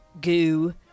goo